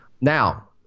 Now